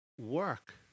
work